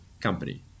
company